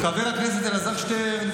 חבר הכנסת אלעזר שטרן,